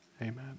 Amen